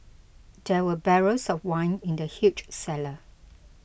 there were barrels of wine in the huge cellar